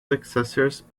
successors